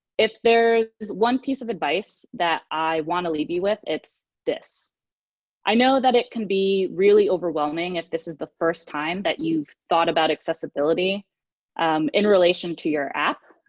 if there is one piece of advice that i want to leave you with, it's this i know that it can be really overwhelming if this is the first time that you've thought about accessibility in relation to your app,